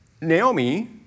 Naomi